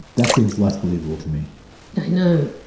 that seems less believable to me i know.